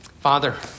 Father